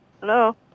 Hello